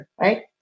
Right